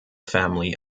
family